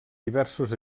diversos